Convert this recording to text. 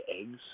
eggs